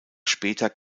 später